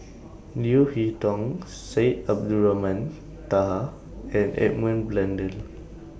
Leo Hee Tong Syed Abdulrahman Taha and Edmund Blundell